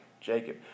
Jacob